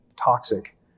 toxic